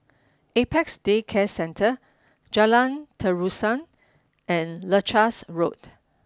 Apex Day Care Centre Jalan Terusan and Leuchars Road